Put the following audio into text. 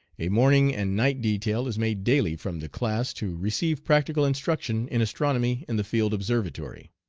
a morning and night detail is made daily from the class to receive practical instruction in astronomy in the field observatory.